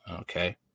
Okay